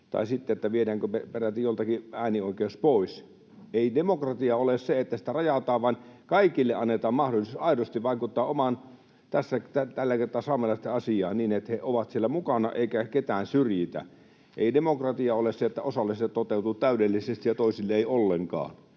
tai sitten siitä, viedäänkö joltakin peräti äänioikeus pois. Ei demokratiaa ole se, että sitä rajataan, vaan kaikille annetaan mahdollisuus aidosti vaikuttaa omaan, tällä kertaa saamelaisten asiaan niin, että he ovat siellä mukana eikä ketään syrjitä. Ei demokratia ole sitä, että osalle se toteutuu täydellisesti ja toisille ei ollenkaan.